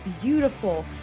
beautiful